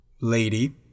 lady